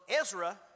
Ezra